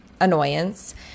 annoyance